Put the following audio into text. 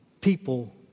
people